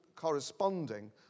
corresponding